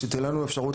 כדי שתהיה לנו אפשרות,